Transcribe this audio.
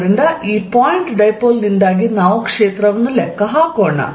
ಆದ್ದರಿಂದ ಈ point dipole ನಿಂದಾಗಿ ನಾವು ಕ್ಷೇತ್ರವನ್ನು ಲೆಕ್ಕ ಹಾಕೋಣ